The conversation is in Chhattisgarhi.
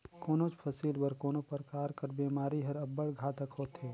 कोनोच फसिल बर कोनो परकार कर बेमारी हर अब्बड़ घातक होथे